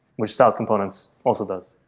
with styled components also those,